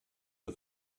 for